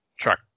truck